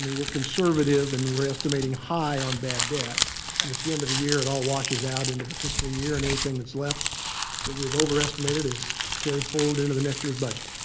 we're conservative and we're estimating high on bad debt and at the end of the year it all washes out into the fiscal year and anything that's left that we've overestimated is carried forward into the next year's budget.